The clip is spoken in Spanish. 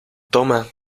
toma